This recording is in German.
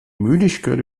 müdigkeit